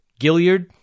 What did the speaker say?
Gilliard